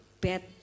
bad